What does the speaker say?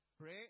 Pray